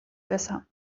besser